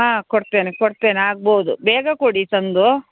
ಹಾಂ ಕೊಡ್ತೇನೆ ಕೊಡ್ತೇನೆ ಆಗ್ಬೋದು ಬೇಗ ಕೊಡಿ ತಂದು